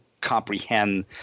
comprehend